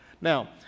Now